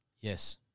Yes